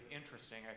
interesting